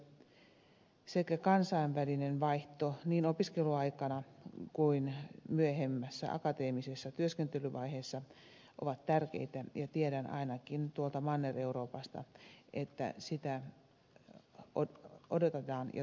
työelämäyhteistyö sekä kansainvälinen vaihto niin opiskeluaikana kuin myöhemmässä akateemisessa työskentelyvaiheessa ovat tärkeitä ja tiedän ainakin tuolta manner euroopasta että sitä odotetaan ja toivotaan